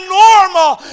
normal